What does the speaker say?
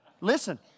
Listen